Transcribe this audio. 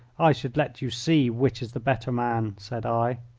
i should let you see which is the better man, said i.